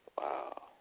Wow